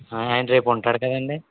ఆయన రేపు ఉంటారు కదండి